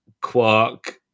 Quark